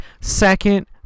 second